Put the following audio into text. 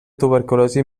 tuberculosi